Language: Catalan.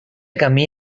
camí